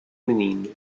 menino